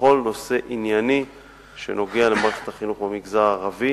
בכל נושא ענייני שנוגע למערכת החינוך במגזר הערבי